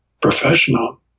professional